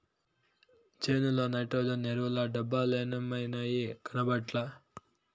చేనుల నైట్రోజన్ ఎరువుల డబ్బలేమైనాయి, కనబట్లా